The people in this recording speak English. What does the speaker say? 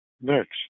Next